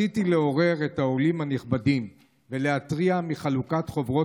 רציתי לעורר את העולים הנכבדים ולהתריע על חלוקת חוברות